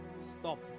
stop